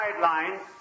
sidelines